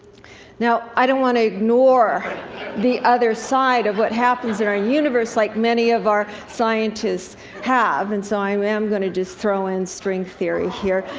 now, i don't want to ignore the other side of what happens in our universe, like many of our scientists have. and so, i am am going to just throw in string theory here,